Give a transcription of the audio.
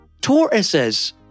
tortoises